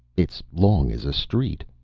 it's long as a street.